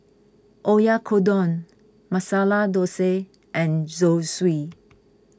Oyakodon Masala Dosa and Zosui